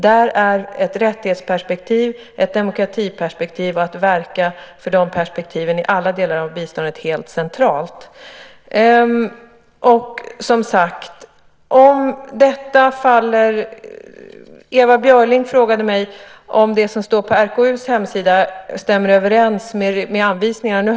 Där är ett rättighetsperspektiv och ett demokratiperspektiv och detta med att verka för de perspektiven i alla delar av biståndet helt centralt. Som sagt: Ewa Björling frågade mig om det som står på RKU:s hemsida stämmer överens med anvisningarna.